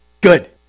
Good